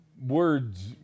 words